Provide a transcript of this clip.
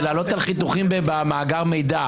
זה לעלות על חיתוכים במאגר מידע.